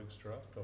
Draft